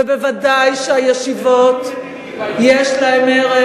וודאי שהישיבות יש להן ערך,